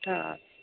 हा